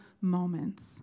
moments